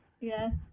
Yes